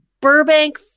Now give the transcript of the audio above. Burbank